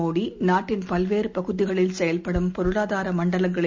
மோடிநாட்டின் பல்வேறுபகுதிகளில் செயல்படும் பொருளாதாரமண்டலங்களை